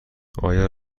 آیا